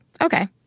Okay